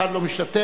אחד לא משתתף.